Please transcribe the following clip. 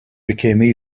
became